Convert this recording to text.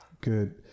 Good